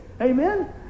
Amen